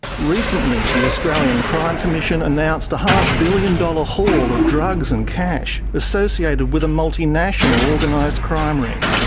recently the australian crime commission announced a half-billion-dollar haul of drugs and cash associated with a multi-national organised crime ring.